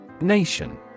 Nation